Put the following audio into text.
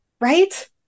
Right